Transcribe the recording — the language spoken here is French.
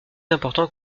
important